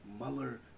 Mueller